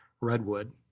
redwood